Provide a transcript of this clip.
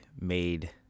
made